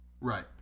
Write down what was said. Right